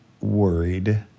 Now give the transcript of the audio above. worried